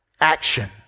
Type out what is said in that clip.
action